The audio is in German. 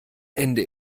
ende